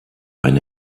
eine